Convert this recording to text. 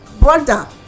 Brother